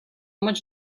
much